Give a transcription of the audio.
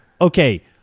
Okay